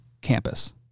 campus